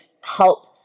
help